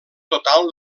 total